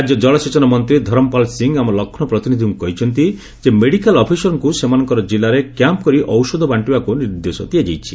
ରାଜ୍ୟ ଜଳସେଚନ ମନ୍ତ୍ରୀ ଧରମପାଲ ସିଂହ ଆମ ଲକ୍ଷ୍ରୌ ପ୍ରତିନିଧିଙ୍କୁ କହିଛନ୍ତି ଯେ ମେଡ଼ିକାଲ ଅଫିସରଙ୍କୁ ସେମାନଙ୍କର ଜିଲ୍ଲାରେ କ୍ୟାମ୍ପକରି ଔଷଧ ବାର୍ଷିବାକୁ ନିର୍ଦ୍ଦେଶ ଦିଆଯାଇଛି